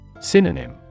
Synonym